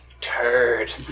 Turd